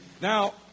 Now